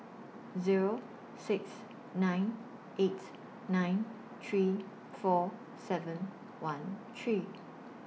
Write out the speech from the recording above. Zero six nine eight nine three four seven one three